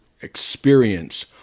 experience